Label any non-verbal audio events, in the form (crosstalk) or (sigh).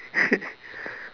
(laughs)